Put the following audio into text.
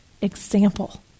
example